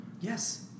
Yes